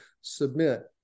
submit